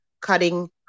cutting